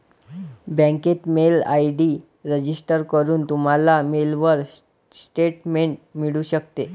बँकेत mail ID register करून, तुम्हाला मेलवर स्टेटमेंट मिळू शकते